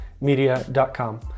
media.com